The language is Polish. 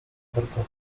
parkowej